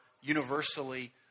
universally